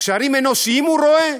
גשרים אנושיים הוא רואה,